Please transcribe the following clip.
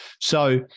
So-